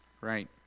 right